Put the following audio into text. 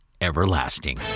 Everlasting